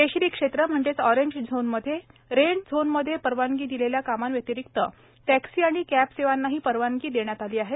केशरी क्षेत्र म्हणजेच ऑरेंज झोनमध्ये रेड झोनमध्ये परवानगी दिलेल्या कामांव्यतिरिक्त टॅक्सी आणि कॅबसेवांनाही परवानगी देण्यात आली आहे